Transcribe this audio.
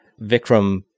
Vikram